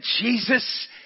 Jesus